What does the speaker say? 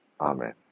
Amen